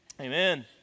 amen